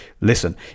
listen